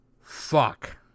Fuck